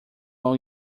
long